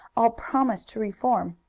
i'll promise to reform.